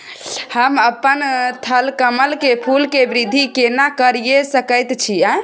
हम अपन थलकमल के फूल के वृद्धि केना करिये सकेत छी?